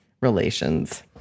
relations